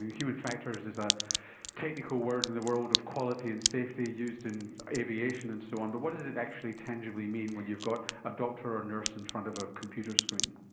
human factors is a technical word in the world of quality and safety used in aviation and so on but what does it actually tangibly mean when you've got a doctor or a nurse in front of a computer screen?